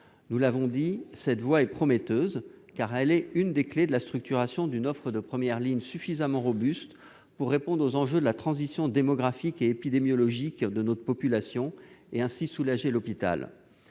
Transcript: Nous l'avons dit : cette voie est prometteuse, car elle est une des clés de la structuration d'une offre de première ligne suffisamment robuste pour répondre aux enjeux de la transition démographique et épidémiologique de notre population, et ainsi soulager l'hôpital.